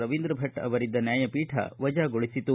ರವೀಂದ್ರ ಭಟ್ ಅವರಿದ್ದ ನ್ಯಾಯಪೀಠ ವಜಾಗೊಳಿಸಿತು